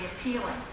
appealing